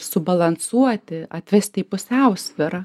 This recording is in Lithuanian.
subalansuoti atvesti į pusiausvyrą